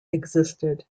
existed